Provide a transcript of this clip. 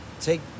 take